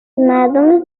مردم